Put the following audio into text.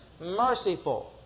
Merciful